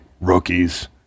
rookies